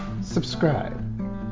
subscribe